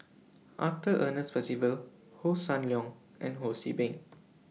Arthur Ernest Percival Hossan Leong and Ho See Beng